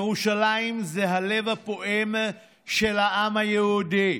ירושלים זה הלב הפועם של העם היהודי,